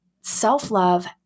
self-love